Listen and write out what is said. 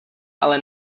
ale